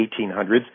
1800s